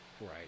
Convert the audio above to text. Right